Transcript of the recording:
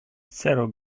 cerro